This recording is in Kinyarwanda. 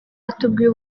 yatubwiye